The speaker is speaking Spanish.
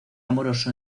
amoroso